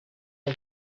yet